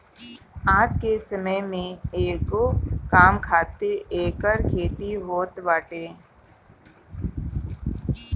आज के समय में कईगो काम खातिर एकर खेती होत बाटे